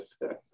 Yes